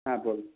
হ্যাঁ বল